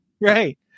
Right